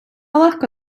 легко